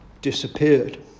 disappeared